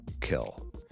kill